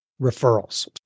referrals